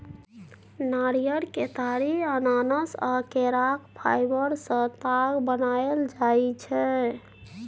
नारियर, केतारी, अनानास आ केराक फाइबर सँ ताग बनाएल जाइ छै